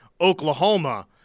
Oklahoma